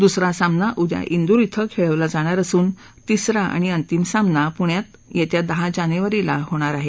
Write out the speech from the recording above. दुसरा सामना उद्या इंदूर इथं खेळवला जाणार असून तिसरा आणि अंतिम सामना पुण्यात दहा जानेवारीला होणार आहे